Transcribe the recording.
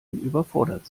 überfordert